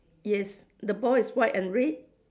yes the ball is white and red